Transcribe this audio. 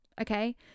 okay